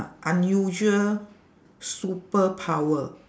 unusual superpower